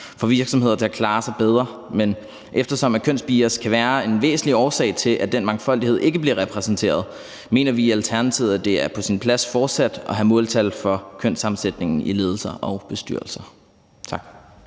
får virksomheder til at klare sig bedre, men eftersom kønsbias kan være en væsentlig årsag til, at den mangfoldighed ikke bliver repræsenteret, mener vi i Alternativet, at det er på sin plads fortsat at have måltal for kønssammensætningen i ledelser og bestyrelser. Tak.